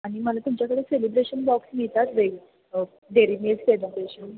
आणि मला तुमच्याकडे सेलिब्रेशन बॉक्स मिळतात वेग डेरी मिल्क सेलिब्रेशन